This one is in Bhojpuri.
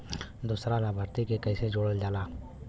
दूसरा लाभार्थी के कैसे जोड़ल जाला?